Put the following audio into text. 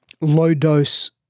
low-dose